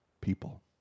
people